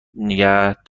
بودند